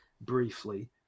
briefly